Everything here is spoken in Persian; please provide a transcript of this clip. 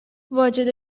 واجد